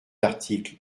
article